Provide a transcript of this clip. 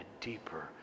deeper